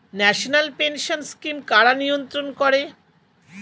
National pension scheme কারা নিয়ন্ত্রণ করে?